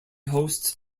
hosts